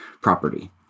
property